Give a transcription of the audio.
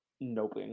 nope